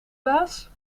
baas